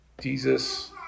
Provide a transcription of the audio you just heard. Jesus